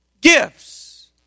gifts